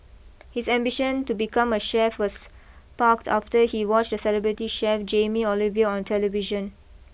his ambition to become a chef was sparked after he watched celebrity chef Jamie Oliver on television